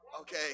Okay